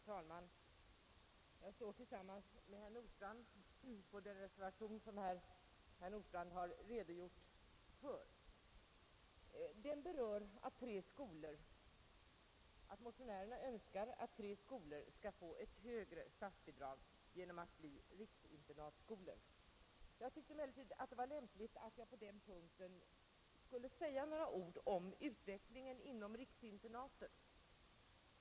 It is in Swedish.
Herr talman! Jag står tillsammans med herr Nordstrandh antecknad för den reservation som herr Nordstrandh har redogjort för. Den tar upp det av motionärerna framförda önskemålet att tre skolor skall få högre statsbidrag genom att bli riksinternatskolor. Jag tyckte emellertid att det var lämpligt att jag på denna punkt skulle säga några ord om utvecklingen för riksinternaten.